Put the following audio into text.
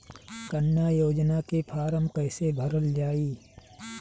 कन्या योजना के फारम् कैसे भरल जाई?